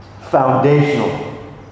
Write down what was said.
foundational